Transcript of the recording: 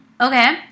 Okay